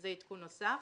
זה עדכון נוסף,